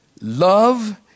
love